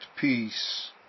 peace